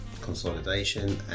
consolidation